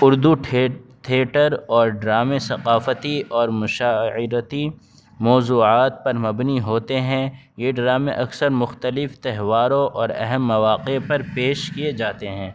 اردو ٹھے تھیٹر اور ڈرامے ثقافتی اور مشاعرتی موضوعات پر مبنی ہوتے ہیں یہ ڈرامے اکثر مختلف تہواروں اور اہم مواقع پر پیش کیے جاتے ہیں